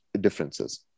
differences